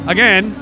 Again